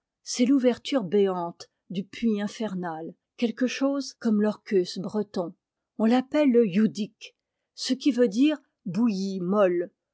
c'est l'ouverture béante du puits infernal quelque chose comme la mort en basse-bretagne l'orcus breton on l'appelle le youdik ce qui veut dire bouillie molle